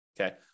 okay